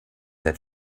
that